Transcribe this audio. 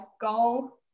goal